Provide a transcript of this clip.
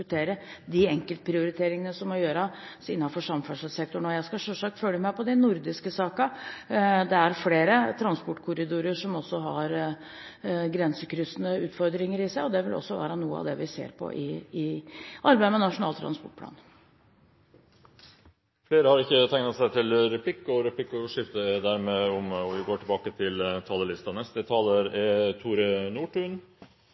de enkeltprioriteringene som må gjøres innenfor samferdselssektoren. Jeg skal selvsagt følge med på de nordiske sakene. Det er flere transportkorridorer som også har grensekryssende utfordringer i seg, og det vil også være noe av det vi ser på i arbeidet med Nasjonal transportplan. Replikkordskiftet er omme. Neste taler er representanten Tore Nordtun, som er